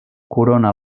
corona